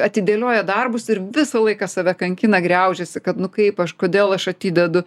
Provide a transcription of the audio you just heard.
atidėlioja darbus ir visą laiką save kankina griaužiasi kad nu kaip kažkodėl aš atidedu